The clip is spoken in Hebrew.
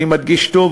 אני מדגיש שוב,